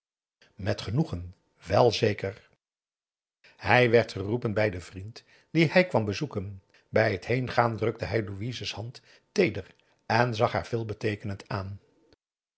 met genoegen wel zeker hij werd geroepen bij den vriend die hij kwam bep a daum hoe hij raad van indië werd onder ps maurits zoeken bij het heengaan drukte hij louise's hand teeder en zag haar veelbeteekenend aan